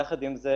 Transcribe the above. יחד עם זה,